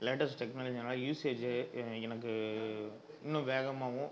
latest டெக்னாலஜினாலே usage எனக்கு இன்னும் வேகமாகவும்